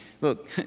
Look